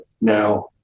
now